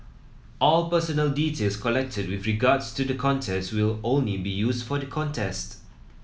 all personal details collected with regards to the contest will only be used for the contest